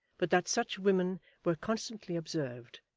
but that such women were constantly observed,